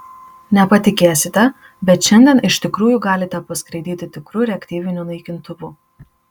nepatikėsite bet šiandien iš tikrųjų galite paskraidyti tikru reaktyviniu naikintuvu